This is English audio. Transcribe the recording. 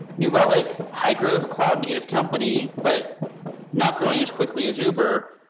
new relic, high-growth cloud-native company, but not growing as quickly as uber,